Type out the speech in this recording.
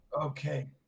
okay